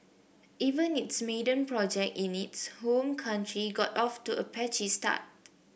even its maiden project in its home country got off to a patchy start